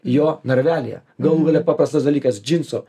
jo narvelyje galų gale paprastas dalykas džinso